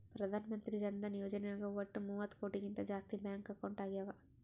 ಪ್ರಧಾನ್ ಮಂತ್ರಿ ಜನ ಧನ ಯೋಜನೆ ನಾಗ್ ವಟ್ ಮೂವತ್ತ ಕೋಟಿಗಿಂತ ಜಾಸ್ತಿ ಬ್ಯಾಂಕ್ ಅಕೌಂಟ್ ಆಗ್ಯಾವ